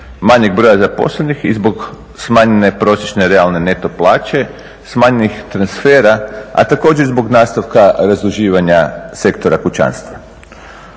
manjeg broja zaposlenih i zbog smanjenje prosječne realne neto plaće, smanjenih transfera, a također zbog nastavka razduživanja sektora kućanstva.